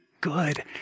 good